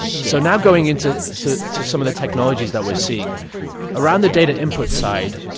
so now going into so so some of the technologies that we are seeing around the data input side,